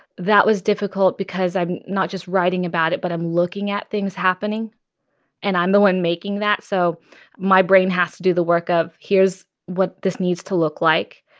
that was difficult because i'm not just writing about it, but i'm looking at things happening and i'm the one making that. so my brain has to do the work of here's what this needs to look like.